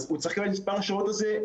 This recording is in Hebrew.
אז הוא צריך לקבל את מספר השעות הזה,